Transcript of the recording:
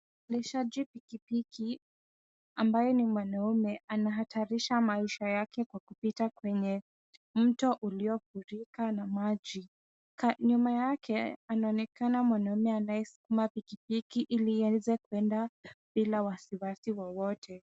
Muendeshaji pikipiki ambaye ni mwanaume, anahatarisha maisha yake kwa kupita kwenye mto uliofurika na maji. Nyuma yake anaonekana mwanaume anayesukuma pikipiki ili aweze kuenda bila wasiwasi wowote.